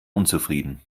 unzufrieden